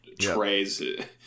trays